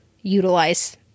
utilize